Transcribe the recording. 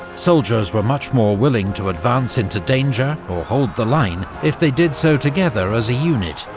soldiers were much more willing to advance into danger or hold the line if they did so together as a unit,